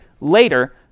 later